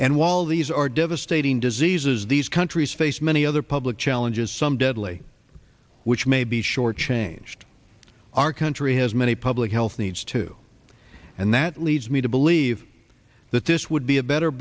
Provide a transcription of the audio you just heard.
and while these are devastating diseases these countries face many other public challenges some deadly which may be short changed our country has many public health needs too and that leads me to believe that this would be a better